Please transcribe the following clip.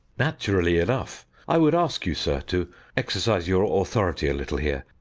naturally enough. i would ask you, sir, to exercise your authority a little here,